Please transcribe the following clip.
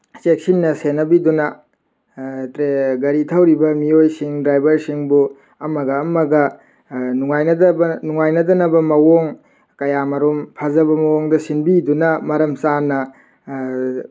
ꯆꯦꯛꯁꯟꯅ ꯁꯦꯟꯅꯕꯤꯗꯨꯅ ꯒꯥꯔꯤ ꯊꯧꯔꯤꯕ ꯃꯤꯑꯣꯏꯁꯤꯡ ꯗ꯭ꯔꯥꯏꯚꯔꯁꯤꯡꯕꯨ ꯑꯃꯒ ꯑꯃꯒ ꯅꯨꯡꯉꯥꯏꯅꯗꯕ ꯅꯨꯡꯉꯥꯏꯅꯗꯅꯕ ꯃꯑꯣꯡ ꯀꯌꯥꯃꯔꯨꯝ ꯐꯖꯕ ꯃꯑꯣꯡꯗ ꯁꯤꯟꯕꯤꯗꯨꯅ ꯃꯔꯝ ꯆꯥꯅ